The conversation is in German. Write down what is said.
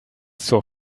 zur